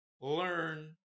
learn